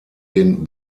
den